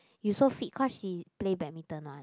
you so fit cause she play badminton one